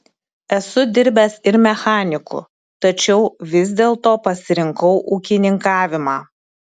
esu dirbęs ir mechaniku tačiau vis dėlto pasirinkau ūkininkavimą